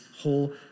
whole